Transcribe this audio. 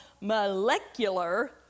molecular